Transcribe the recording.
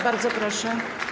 Bardzo proszę.